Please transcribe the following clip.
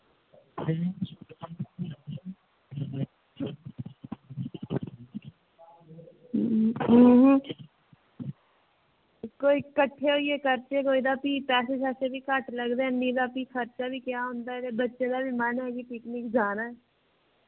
कोई कट्ठे होइयै करचै कोई ते भी पैसे बी घट्ट लगदे न ते नेईं तां भी खर्चा बी क्या होंदा ते बच्चें दा बी मन ऐ कि पिकनिक जाना ऐ